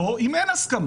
לא, אם אין הסכמה.